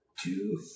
Two